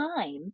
time